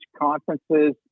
conferences